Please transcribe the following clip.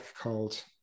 called